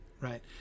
right